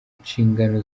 inshingano